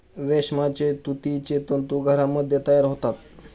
रेशमाचे तुतीचे तंतू घरामध्ये तयार होतात